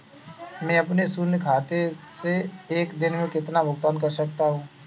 मैं अपने शून्य खाते से एक दिन में कितना भुगतान कर सकता हूँ?